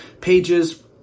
pages